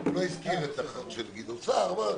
הוא לא הזכיר את החוק של גדעון סער.